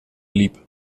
liep